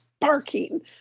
barking